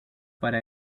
para